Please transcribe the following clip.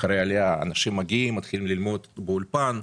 אחרי העלייה אנשים מתחילים ללמוד באולפן,